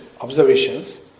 observations